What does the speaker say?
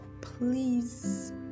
please